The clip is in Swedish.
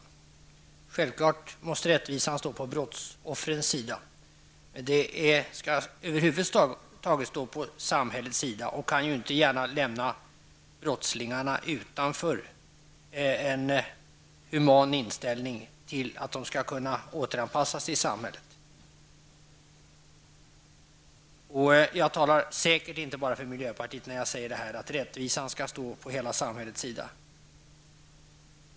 Det är självklart, men rättvisan skall över huvud taget stå på samhällets sida, och då kan inte brottslingarna lämnas utanför en human inställning som innebär att de skall kunna återanpassas till samhället. Jag talar säkert inte bara för miljöpartiet när jag säger att rättvisan skall stå på hela samhällets sida.